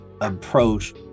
approach